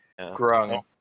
Grung